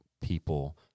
people